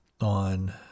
on